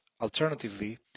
alternatively